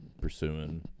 pursuing